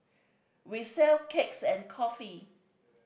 we sell cakes and coffee